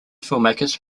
filmmakers